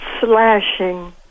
slashing